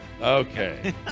Okay